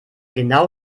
genau